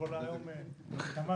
כשכל היום התאמצנו.